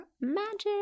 magic